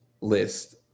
list